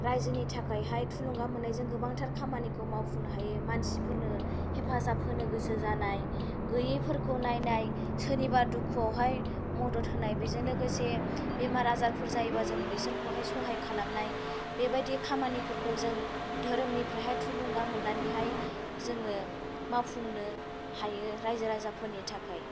रायजोनि थाखायहाय थुलुंगा मोननायजों गोबांथार खामानिखौ मावफुंनो हायो मानसिफोरनो हेफाजाब होनो गोसो जानाय गैयैफोरखौ नायनाय सोरनिबा दुखुवावहाय मदद होनाय बेजों लोगोसे बेमार आजारफोर जायोबा बिसोरखौहाय सहाय खालामनाय बेबादि खामानिफोरखौ जों धोरोमनिफ्रायहाय थुलुंगा मोननानैहाय जोङो मावफुंनो हायो रायजो राजाफोरनि थाखाय